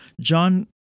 John